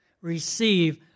Receive